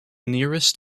nearest